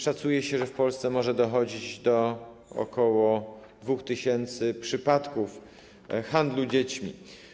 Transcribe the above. Szacuje się, że w Polsce może dochodzić do ok. 2 tys. przypadków handlu dziećmi.